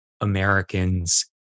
Americans